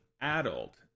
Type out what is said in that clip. adult